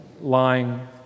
lying